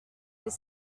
les